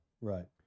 right